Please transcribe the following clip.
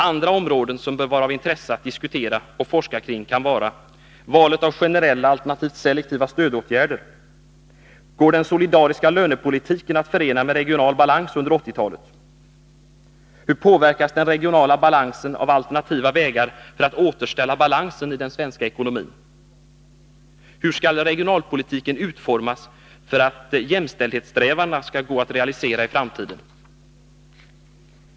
Andra frågor som bör vara av intresse att diskutera och forska kring kan vara: Skall vi välja generella eller selektiva stödåtgärder? Går den solidariska lönepolitiken att förena med regional balans under 1980-talet? Hur påverkas den regionala balansen av alternativa vägar för att återställa balansen i den svenska ekonomin? Hur skall regionalpolitiken utformas för att jämställdhetssträvandena skall gå att realisera i framtiden?